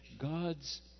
God's